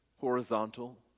horizontal